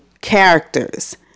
characters